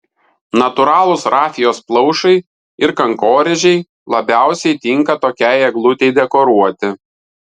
natūralūs rafijos plaušai ir kankorėžiai labiausiai tinka tokiai eglutei dekoruoti